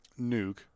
nuke